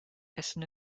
essen